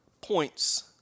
points